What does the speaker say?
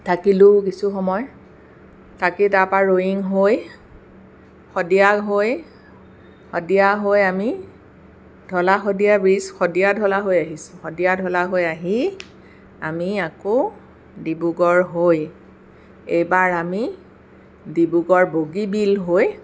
থাকিলোঁ কিছুসময় থাকি তাৰপৰা ৰয়িং হৈ শদিয়া হৈ শদিয়া হৈ আমি ধলা শদিয়া ব্ৰিজ ধলা শদিয়া হৈ আহিছোঁ শদিয়া ধলা হৈ আহি আমি আকৌ ডিব্ৰুগড় হৈ এইবাৰ আমি ডিব্ৰুগড়ৰ বগীবিল হৈ